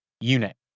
unit